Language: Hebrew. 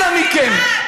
אנא מכם.